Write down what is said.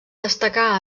destacar